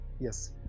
Yes